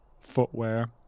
footwear